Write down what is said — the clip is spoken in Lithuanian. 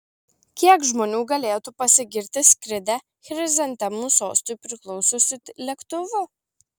kiek žmonių galėtų pasigirti skridę chrizantemų sostui priklausiusiu lėktuvu